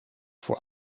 voor